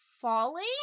falling